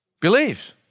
believes